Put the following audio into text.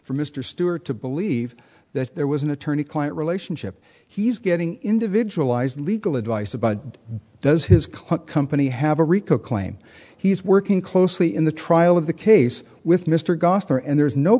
mr stewart to believe that there was an attorney client relationship he's getting individualized legal advice about does his client company have a rico claim he's working closely in the trial of the case with mr gosper and there's no